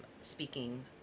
speaking